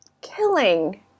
killing